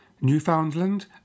Newfoundland